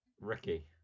Ricky